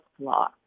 law